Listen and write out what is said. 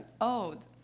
old